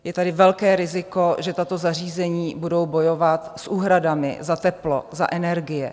Je tady velké riziko, že tato zařízení budou bojovat s úhradami za teplo, za energie.